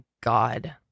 God